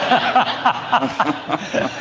i